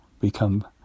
become